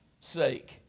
sake